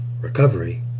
recovery